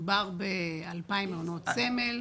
מדובר ב-2,000 מעונות סמל.